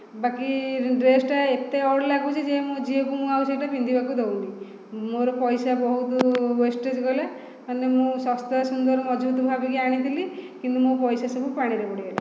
ବାକି ଡ୍ରେସ୍ଟା ଏତେ ଅଡ଼୍ ଲାଗୁଛି ଯେ ମୋ ଝିଅକୁ ମୁଁ ଆଉ ସେଇଟା ପିନ୍ଧିବାକୁ ଦେଉନି ମୋର ପଇସା ବହୁତ ୱେଷ୍ଟେଜ୍ ଗଲା ମାନେ ମୁଁ ଶସ୍ତା ସୁନ୍ଦର ମଜବୁତ ଭାବିକି ଆଣିଥିଲି କିନ୍ତୁ ମୋ ପଇସା ସବୁ ପାଣିରେ ବୁଡ଼ିଗଲା